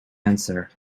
answer